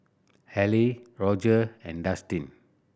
Halle Roger and Dustin